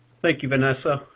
thank you, vanessa.